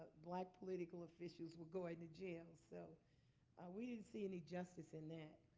black political officials were going to jail. so we didn't see any justice in that.